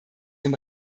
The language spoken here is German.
dem